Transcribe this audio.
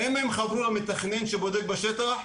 האם הם חברו למתכנן שבודק בשטח?